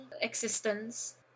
existence